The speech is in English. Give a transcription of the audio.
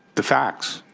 the facts.